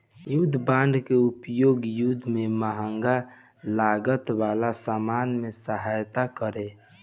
युद्ध बांड के उपयोग युद्ध में महंग लागत वाला सामान में सहायता करे